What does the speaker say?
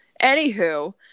anywho